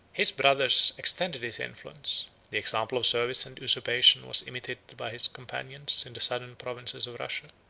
his brothers extended his influence the example of service and usurpation was imitated by his companions in the southern provinces of russia